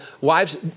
wives